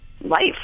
life